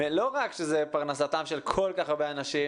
לא רק שזאת שפרנסתם של כל כך הרבה אנשים